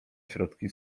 środki